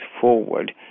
forward